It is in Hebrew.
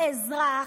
האזרח,